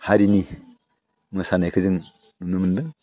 हारिनि मोसानायखौ जों नुनो मोनदों